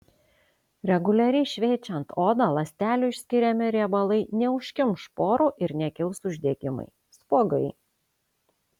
reguliariai šveičiant odą ląstelių išskiriami riebalai neužkimš porų ir nekils uždegimai spuogai